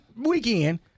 weekend